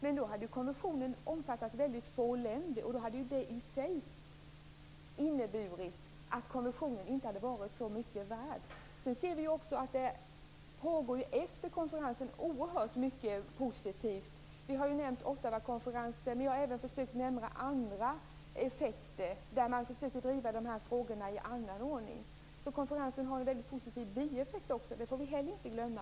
Men då hade konventionen omfattat väldigt få länder. Det i sig hade inneburit att konventionen inte hade varit så mycket värd. Sedan ser vi att det efter konferensen pågår oerhört mycket positivt. Vi har nämnt Ottawakonferensen. Men vi har även sett andra effekter där man försöker driva dessa frågor i annan ordning. Konferensen har en väldigt positivt bieffekt. Det får vi heller inte glömma.